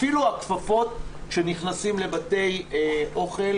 אפילו הכפפות כשנכנסים לבתי אוכל,